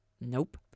Nope